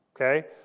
Okay